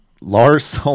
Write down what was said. Lars